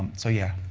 so yeah,